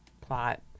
plot